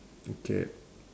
okay